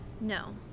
No